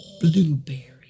blueberry